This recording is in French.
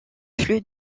flux